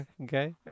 Okay